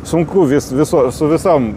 sunku vis viso su visom